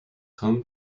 home